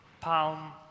Palm